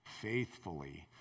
Faithfully